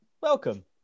welcome